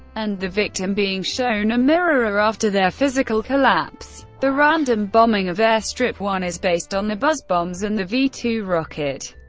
and the victim being shown a mirror after their physical collapse. the random bombing of airstrip one is based on the buzz bombs and the v two rocket,